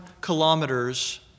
kilometers